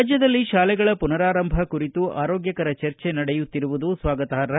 ರಾಜ್ಯದಲ್ಲಿ ಶಾಲೆಗಳ ಪುನರಾರಂಭ ಕುರಿತು ಆರೋಗ್ಯಕರ ಚರ್ಚೆ ನಡೆಯುತ್ತಿರುವುದು ಸ್ವಾಗತಾರ್ಹ